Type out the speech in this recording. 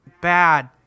bad